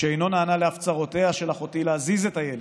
כשאינו נענה להפצרותיה של אחותי להזיז את הילד,